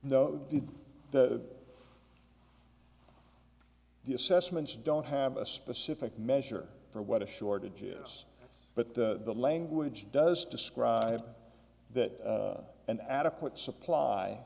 did the the assessments don't have a specific measure for what a shortage is but the language does describe that and adequate supply